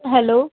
hello